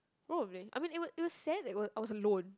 probably I mean even it it was sad that I was I was alone